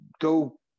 go